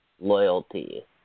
loyalty